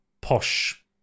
posh